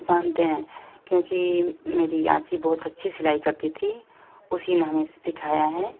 पहनते हैं क्योंकि मेरी आजी बहुत अच्छी सिलाई करती थी उसी ने हमें सिखाया है